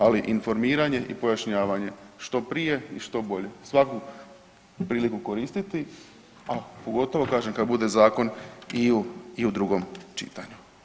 Ali informiranje i pojašnjavanje što prije i što bolje, svaku priliku koristiti, a pogotovo kažem kad bude zakon i u drugom čitanju.